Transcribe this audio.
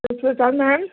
ਸਤਿ ਸ਼੍ਰੀ ਅਕਾਲ ਮੈਮ